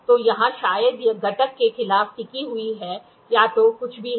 तो यहां शायद यह घटक के खिलाफ टिकी हुई है या जो कुछ भी है